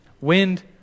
Wind